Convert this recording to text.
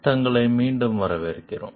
தங்களை மீண்டும் வரவேற்கிறோம்